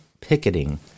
picketing